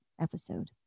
episode